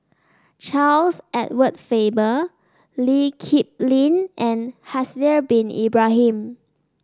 Charles Edward Faber Lee Kip Lin and Haslir Bin Ibrahim